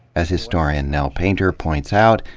as historian nell painter points out,